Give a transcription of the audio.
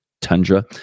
tundra